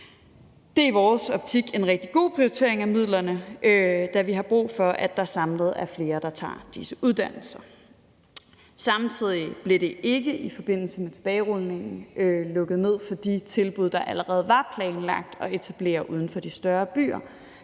Det er i vores optik en rigtig god prioritering af midlerne, da vi har brug for, at der samlet set er flere, der tager disse uddannelser. Samtidig blev der ikke i forbindelse med tilbagerulningen lukket ned for de tilbud, det allerede var planlagt at etablere uden for de større byer.